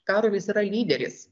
karolis yra lyderis